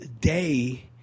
day